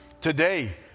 today